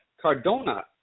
Cardona